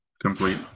complete